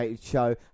show